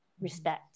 Respect